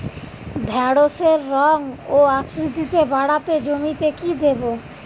ঢেঁড়সের রং ও আকৃতিতে বাড়াতে জমিতে কি দেবো?